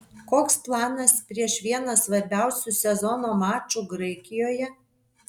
koks planas prieš vieną svarbiausių sezono mačų graikijoje